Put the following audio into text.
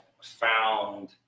found